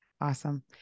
Awesome